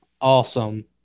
awesome